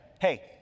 hey